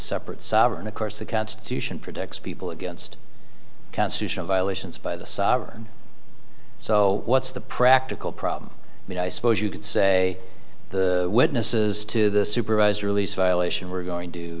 separate sovereign of course the constitution protects people against constitutional violations by the sovereign so what's the practical problem i mean i suppose you could say the witnesses to the supervised release violation were going to